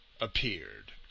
appeared